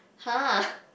!huh!